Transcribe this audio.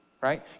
right